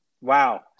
Wow